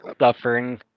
suffering